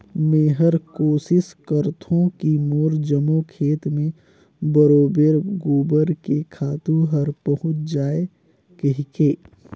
मेहर कोसिस करथों की मोर जम्मो खेत मे बरोबेर गोबर के खातू हर पहुँच जाय कहिके